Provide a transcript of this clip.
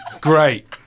Great